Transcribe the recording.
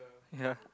ya